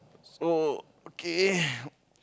so okay